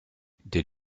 did